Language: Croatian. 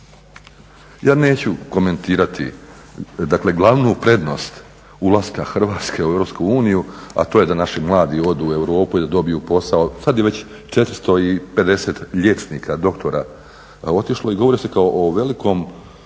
Ja neću komentirati dakle glavnu prednost ulaska Hrvatske u Europske uniju, a to je da naši mladi odu u Europu i da dobiju posao. Sad je već 450 liječnika, doktora otišlo i govorio se kao o velikom